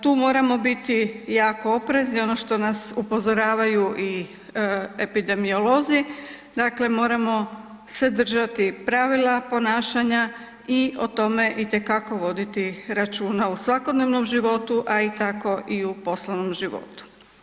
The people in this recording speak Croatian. Tu moramo biti jako oprezni, ono što nas upozoravaju i epidemiolozi, dakle moramo se držati pravila ponašanja i o tome itekako voditi računa u svakodnevnom životu, a tako i u poslovnom životu.